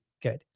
good